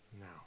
now